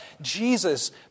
Jesus